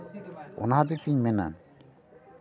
ᱚᱱᱟ ᱦᱚᱛᱮᱡᱛᱤᱧ ᱢᱮᱱᱟ